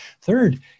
Third